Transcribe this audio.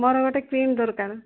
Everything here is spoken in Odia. ମୋର ଗୋଟେ କ୍ରିମ ଦରକାର